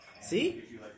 See